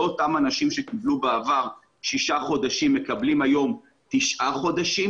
לא אותם אנשים שקיבלו בעבר שישה חודשים מקבלים היום תשעה חודשים